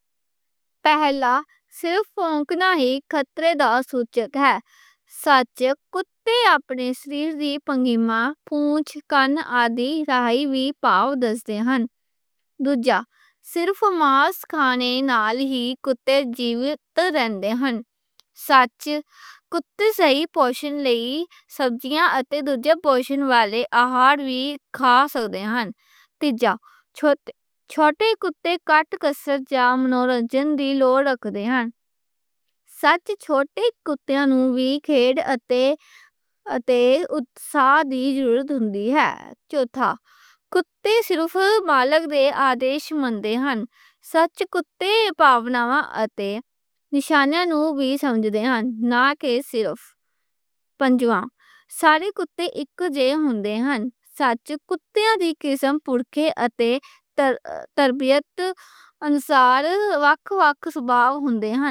پہلا، صرف بھونکنا ہی خطرے دا سوچک ہے۔ سچ، کتے اپنے سریر دی پنجمہ، پونچھ، کان آدی رہائی وی پاؤ دس دے ہن۔ دوجا، صرف ماس کھانے نال ہی کتے جیوت رہندے ہن۔ سچ، کتے صحیح پوشن لئے سبزیاں اتے دوجا پوشن والے آہار وی کھا سکदे ہن۔ تیجا، چھوٹے کتے کٹ کست جامن اورجن دی لوڑ اکدے ہن۔ سچ، چھوٹے کٹنوں وی گیم اتے اتساہی ضرورت ہوندی ہے۔ چوتھا کتے صرف مالک دے آدیش منّدے ہن۔ سچ، کتے پاؤنواں اتے سائنز نوں وی سمجھ دے ہن۔ نہ کہ صرف۔ پنجواں ساڈے کتے اک جیہے ہندے ہن۔ سچ، کتن دی قسم پڑھ کے اتے تربیت انسار وکھ وکھ صوباب ہوندے ہن۔